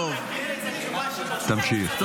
תמשיך.